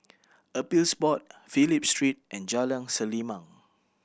Appeals Board Phillip Street and Jalan Selimang